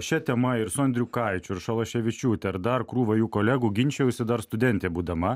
šia tema ir su andriukaičiu ir šalaševičiūte ir dar krūva jų kolegų ginčiausi dar studentė būdama